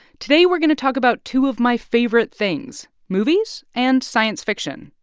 today, we're going to talk about two of my favorite things movies and science fiction.